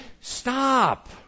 stop